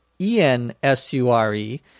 E-N-S-U-R-E